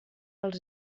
als